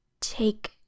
take